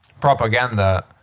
propaganda